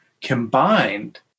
combined